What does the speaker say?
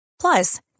Plus